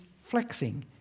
flexing